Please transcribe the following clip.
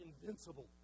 invincible